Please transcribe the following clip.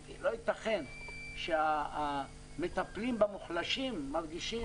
כי לא ייתכן שהמטפלים במוחלשים מרגישים